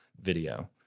video